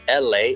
LA